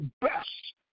best